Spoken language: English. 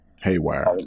Haywire